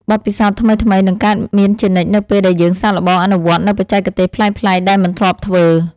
បទពិសោធន៍ថ្មីៗនឹងកើតមានជានិច្ចនៅពេលដែលយើងសាកល្បងអនុវត្តនូវបច្ចេកទេសប្លែកៗដែលមិនធ្លាប់ធ្វើ។